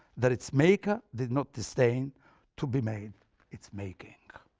that its maker did not disdain to be made its making.